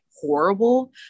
horrible